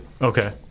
Okay